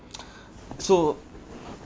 so